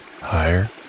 higher